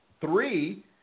Three